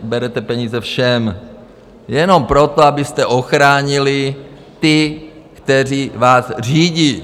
Berete peníze všem jenom proto, abyste ochránili ty, kteří vás řídí.